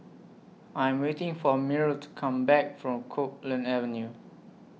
I'm waiting For Myrl to Come Back from Copeland Avenue